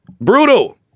Brutal